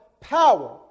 power